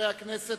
חברי הכנסת,